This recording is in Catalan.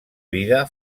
vida